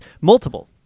Multiple